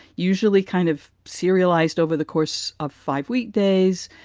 usually kind of serialized over the course of five week days,